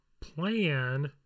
plan